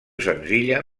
senzilla